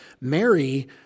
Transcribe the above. Mary